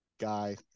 guy